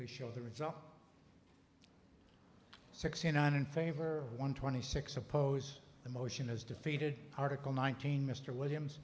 we show the result sixty nine in favor one twenty six oppose the motion is defeated article nineteen mr